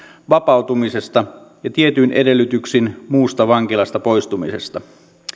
vapautumisesta ja tietyin edellytyksin muusta vankilasta poistumisesta